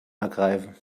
ergreifen